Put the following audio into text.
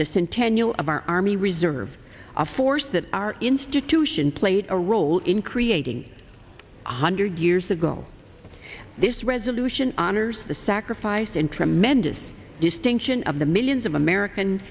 the centennial of our army reserve a force that our institution played a role in creating one hundred years ago this resolution honors the sacrifice and tremendous distinction of the millions of american